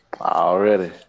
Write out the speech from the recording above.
Already